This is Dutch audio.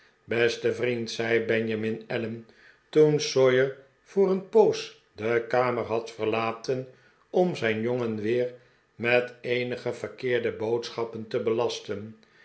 beste vriend zei benjamin allen toen sawyer voor een poos de kamer had verlaten om zijn jongen weer met eenige verkeerde boodschappen te belasten